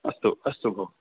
अस्तु अस्तु भो